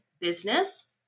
business